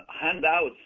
handouts